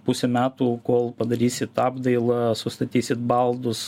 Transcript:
pusę metų kol padarysit apdailą sustatysit baldus